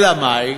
אלא מאי?